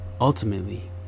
Ultimately